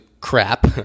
crap